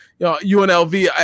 UNLV